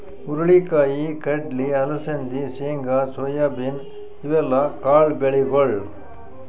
ಹುರಳಿ ಕಾಯಿ, ಕಡ್ಲಿ, ಅಲಸಂದಿ, ಶೇಂಗಾ, ಸೋಯಾಬೀನ್ ಇವೆಲ್ಲ ಕಾಳ್ ಬೆಳಿಗೊಳ್